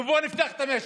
ובואו נפתח את המשק.